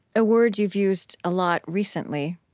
a word you've used a lot recently,